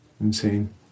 insane